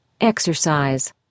Exercise